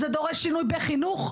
היא דורשת שינוי בחינוך.